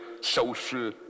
social